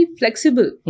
flexible